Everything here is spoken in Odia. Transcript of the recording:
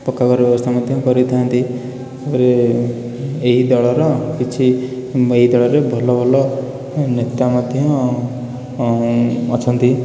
ପକ୍କା ଘରର ବ୍ୟବସ୍ଥା ମଧ୍ୟ କରିଥାନ୍ତି ତା'ପରେ ଏହି ଦଳର କିଛି ଏହି ଦଳରେ ଭଲ ଭଲ ନେତା ମଧ୍ୟ ଅଛନ୍ତି